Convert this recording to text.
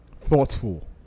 Thoughtful